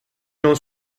non